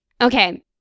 Okay